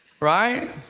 Right